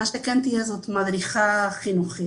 מה שכן תהיה זו מדריכה חינוכית,